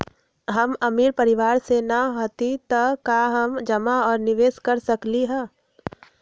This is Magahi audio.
हम अमीर परिवार से न हती त का हम जमा और निवेस कर सकली ह?